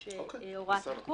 יש הוראת תיקון,